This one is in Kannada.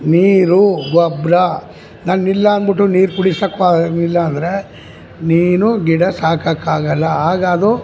ನೀರು ಗೊಬ್ಬರ ನಾನು ಇಲ್ಲಾ ಅಂದ್ಬಿಟ್ಟು ನೀರು ಕುಡಿಸೋಕ್ ಓ ಇಲ್ಲಾಂದರೆ ನೀನು ಗಿಡ ಸಾಕೋಕ್ಕಾಗಲ್ಲ ಆಗ ಅದು